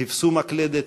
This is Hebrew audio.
תפסו מקלדת,